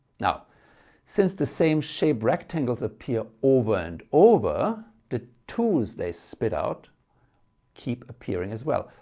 now since the same shape rectangles appear over and over the two s they spit out keep appearing as well,